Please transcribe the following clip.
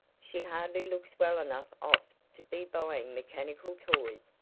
she hardly looks well enough off to be buying mechanical toys,